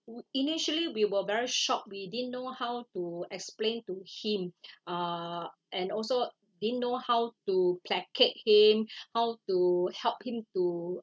initially we were very shocked we didn't know how to explain to him uh and also didn't know how to placate him how to help him to